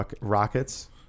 rockets